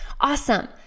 Awesome